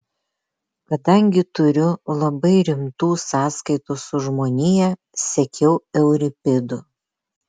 kadangi turiu labai rimtų sąskaitų su žmonija sekiau euripidu